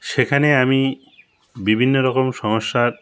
সেখানে আমি বিভিন্ন রকম সমস্যার